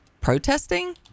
protesting